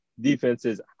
defenses